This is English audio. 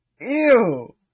Ew